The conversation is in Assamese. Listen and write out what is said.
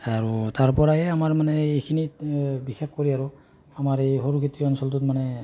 আৰু তাৰ পৰাই অমাৰ মানে এইখিনিত বিশেষ কৰি আৰু আমাৰ এই সৰুক্ষেত্ৰী অঞ্চলটোত মানে